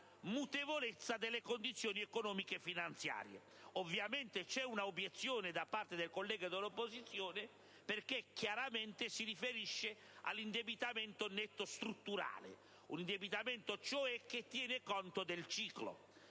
mutevolezza delle condizioni economiche e finanziarie. Ovviamente viene posta una obiezione dal collega dell'opposizione, perché si riferisce all'indebitamento netto strutturale, un indebitamento cioè che tiene conto del ciclo.